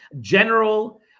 general